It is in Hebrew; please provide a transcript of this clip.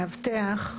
מאבטח,